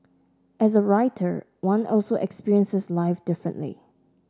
as a writer one also experiences life differently